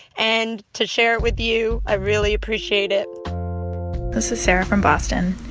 and to share it with you, i really appreciate it this is sarah from boston.